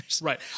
Right